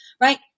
right